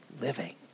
living